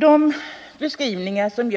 De beskrivningar som